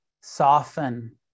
soften